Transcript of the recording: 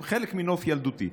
הם חלק מנוף ילדותי.